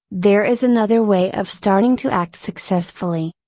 there is another way of starting to act successfully.